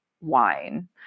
wine